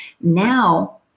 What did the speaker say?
Now